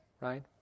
right